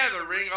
gathering